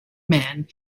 men